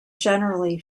generally